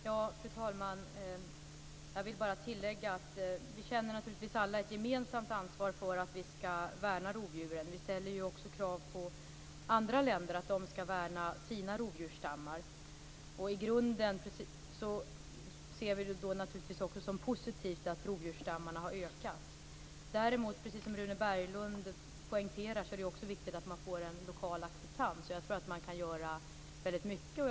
Fru talman! Jag vill bara tillägga att vi alla naturligtvis känner ett gemensamt ansvar för att vi skall värna rovdjuren. Vi ställer ju också krav på andra länder att de skall värna sina rovdjursstammar. I grunden ser vi det naturligtvis också som positivt att rovdjursstammarna har ökat. Däremot, precis som Rune Berglund poängterar, är det också viktigt att man får en lokal acceptans. Jag tror att man kan göra väldigt mycket där.